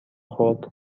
خورد